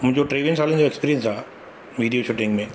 मुंहिंजो टेवीह सालनि जो एक्सपीरियंस आहे वीडियो शूटींग मेंं